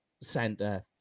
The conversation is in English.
center